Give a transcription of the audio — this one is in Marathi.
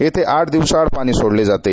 येते आठ दिवसाआड पाणी सोडले जाते